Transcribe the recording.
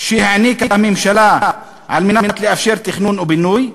שהעניקה הממשלה כדי לאפשר תכנון ובינוי,